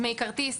דמי כרטיס.